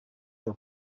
were